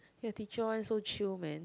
your teacher one so chill man